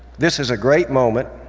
this is a great moment,